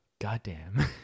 Goddamn